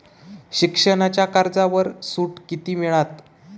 शिक्षणाच्या कर्जावर सूट किती मिळात?